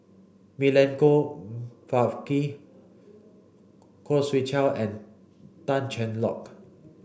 Milenko Prvacki Khoo Swee Chiow and Tan Cheng Lock